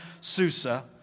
Susa